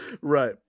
Right